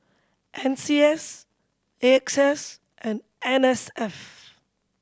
N C S AXS and N S F